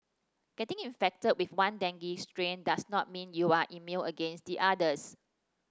getting infected with one dengue strain does not mean you are immune against the others